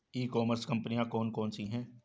ई commerce कंपनियाँ कौन कौन सी हैं?